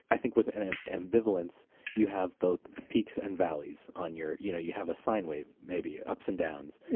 i think with an ambivalence you have both peaks and valleys on your, you know, you have a sine wave maybe. ups and downs.